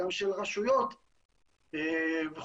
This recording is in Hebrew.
גם של רשויות וכולי.